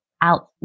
out